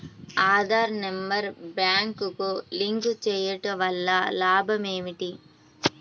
Aadhaar number బ్యాంక్నకు link చేయుటవల్ల లాభం ఏమిటి?